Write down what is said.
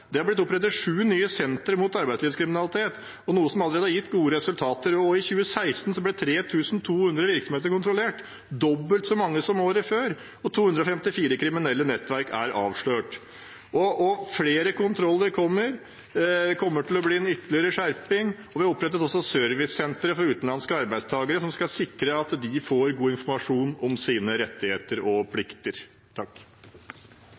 Det er opprettet sju nye sentre mot arbeidslivskriminalitet, noe som allerede har gitt gode resultater. I 2016 ble 3 200 virksomheter kontrollert, dobbelt så mange som året før, og 254 kriminelle nettverk er avslørt. Og flere kontroller kommer. Det kommer til å bli en ytterligere skjerping. Det opprettes også servicesentre for utenlandske arbeidstakere som skal sikre at de får god informasjon om sine rettigheter og